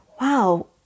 Wow